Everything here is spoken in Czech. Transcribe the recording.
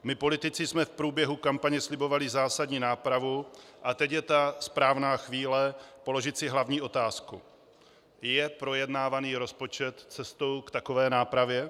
My politici jsme v průběhu kampaně slibovali zásadní nápravu a teď je ta správná chvíle položit si hlavní otázku: Je projednávaný rozpočet cestou k takové nápravě?